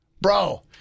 Bro